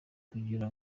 kugira